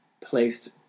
placed